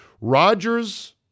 Rodgers